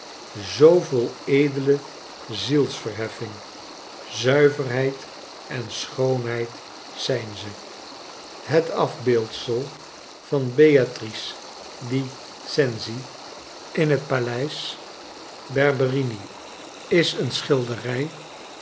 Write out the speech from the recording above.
vol edele zielsverheffing zuiverheid en schoonheid zijn ze het af beeldsel van beatrice di cenci in het paleis berberini is eene schilderij